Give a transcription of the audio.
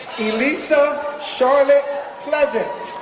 elisa charlotte pleasant,